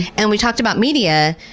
and we talked about media.